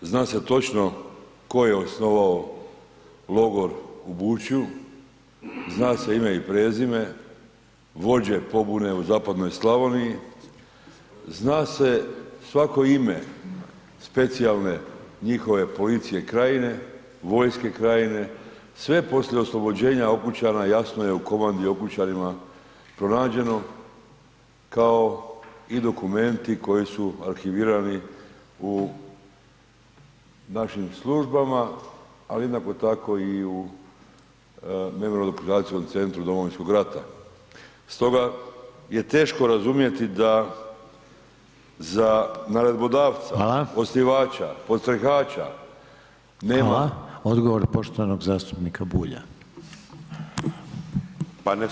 Zna se točno ko je osnovao logor u Bučju, zna se ime i prezime, vođe pobune u zapadnoj Slavoniji, zna se svako ime specijalne njihove policije Krajine, vojske Krajine, sve poslije oslobođenja Okučana jasno je u komandi u Okučanima pronađeno kao i dokumentu koji su arhivirani u našim službama ali jednako tako i u Memorijalno-dokumentacijskom centru Domovinskog rata stoga je teško razumjeti da za naredbodavca, osnivača, podstrehača, nema.